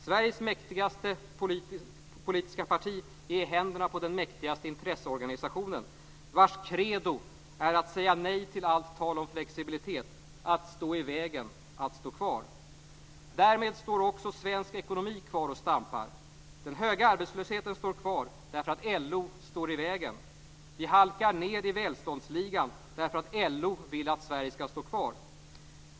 Sveriges mäktigaste politiska parti är i händerna på den mäktigaste intresseorganisationen, vars credo är att säga nej till allt tal om flexibilitet, att stå i vägen, att stå kvar. Därmed står också svensk ekonomi kvar och stampar. Den höga arbetslösheten finns kvar, därför att LO står i vägen. Vi halkar ned i välståndsligan, därför att LO vill att Sverige skall stå kvar.